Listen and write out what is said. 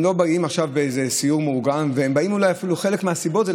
הם לא באים עם סיור מאורגן וחלק מהסיבה שהם באים,